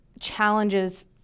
challenges